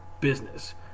business